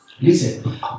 Listen